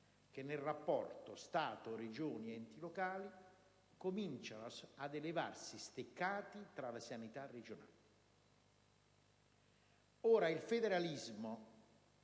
come, nel rapporto Stato-Regioni-enti locali, cominciano ad elevarsi steccati tra le sanità regionali. Sono fautore del federalismo,